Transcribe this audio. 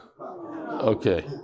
Okay